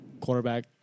quarterback